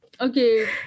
Okay